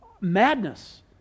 madness